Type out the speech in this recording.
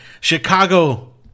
Chicago